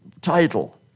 title